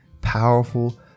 powerful